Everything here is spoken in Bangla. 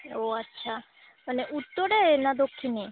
ও আচ্ছা মানে উত্তরে না দক্ষিণে